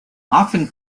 often